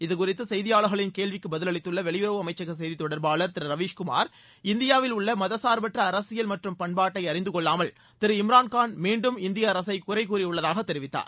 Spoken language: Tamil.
இதுகுறித்து செய்தியாளர்களின் கேள்விக்கு பதில் அளித்துள்ள வெளியுறவுத்துறை அமைச்சக செய்தித் தொடர்பாளர் திரு ரவீஷ் குமார் இந்தியாவில் உள்ள மதசார்பற்ற அரசியல் மற்றும் பண்பாட்டை அறிந்து கொள்ளாமல் திரு இம்ரான்கான் மீண்டும் இந்திய அரசை குறை கூறியுள்ளதாக தெரிவித்தார்